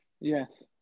Yes